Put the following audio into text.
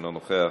אינו נוכח,